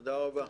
תודה רבה.